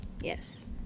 Yes